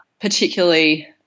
particularly